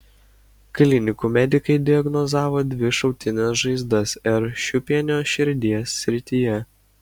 klinikų medikai diagnozavo dvi šautines žaizdas r šiupienio širdies srityje